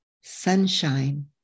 Sunshine